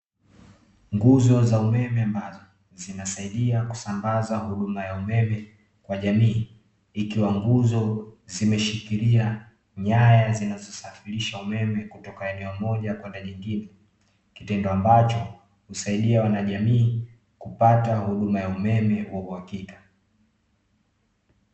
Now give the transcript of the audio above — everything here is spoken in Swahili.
Nguzo za umeme ambazo, zinasaidia kusambaza huduma ya umeme kwa jamii. Ikiwa nguzo zimeshikilia nyaya zinazosafirisha umeme kutoka eneo moja kwenda jingine. Kitendo ambacho, husaidia wanajamii kupata huduma ya umeme wa uhakika.